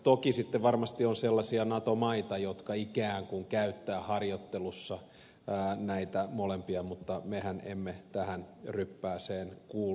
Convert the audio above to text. toki sitten varmasti on sellaisia nato maita jotka ikään kun käyttävät harjoittelussa näitä molempia mutta mehän emme tähän ryppääseen kuulu